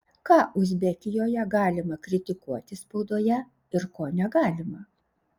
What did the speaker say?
ką uzbekijoje galima kritikuoti spaudoje ir ko negalima